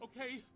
Okay